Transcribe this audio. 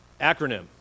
acronym